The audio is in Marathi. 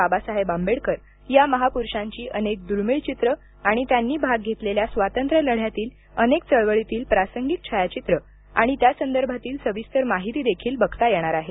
बाबासाहेब आंबेडकर या महापुरुषांची अनेक दुर्मीळ चित्र आणि त्यांनी भाग घेतलेल्या स्वातंत्र्यलढ्यातील अनेक चळवळींतील प्रासंगिक छायाचित्र आणि त्या संदर्भातील सविस्तर माहिती देखील बघता येणार आहे